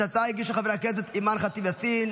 את ההצעה הגישו חברי הכנסת אימאן ח'טיב יאסין,